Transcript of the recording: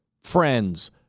friends